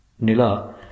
Nila